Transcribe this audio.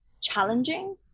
challenging